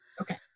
Okay